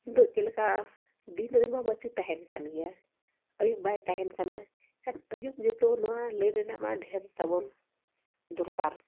ᱱᱤᱛᱳᱜ ᱪᱮᱫ ᱞᱮᱠᱟ ᱫᱤᱱ ᱨᱮᱢᱟ ᱵᱟᱹᱛᱤ ᱛᱟᱦᱮᱱ ᱠᱟᱱ ᱜᱮᱭᱟ ᱟᱹᱭᱩᱵ ᱵᱟᱭ ᱛᱟᱦᱮᱱ ᱠᱟᱱᱟ ᱠᱷᱟᱱ ᱟᱹᱭᱩᱵ ᱜᱮᱛᱚ ᱱᱚᱣᱟ ᱞᱟᱭᱤᱱ ᱨᱮᱱᱟᱜ ᱢᱟ ᱰᱷᱮᱨ ᱛᱟᱵᱚᱱ ᱫᱚᱨᱠᱟᱨ